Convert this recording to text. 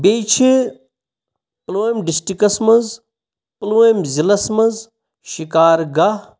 بیٚیہِ چھِ پُلوٲمۍ ڈِسٹرکَس منٛز پُلوٲمۍ ضلعس منٛز شِکارگاہ